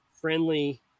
friendly